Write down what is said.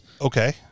Okay